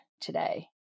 today